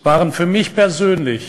היו מבחינתי